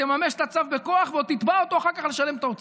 תממש את הצו בכוח ועוד תתבע אותו אחר כך לשלם את ההוצאות.